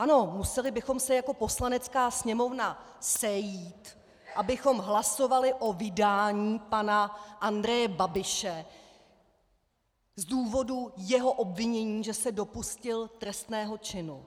Ano, museli bychom se jako Poslanecká sněmovna sejít, abychom hlasovali o vydání pana Andreje Babiše z důvodu jeho obvinění, že se dopustil trestného činu.